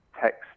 text